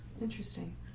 Interesting